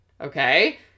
Okay